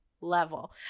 level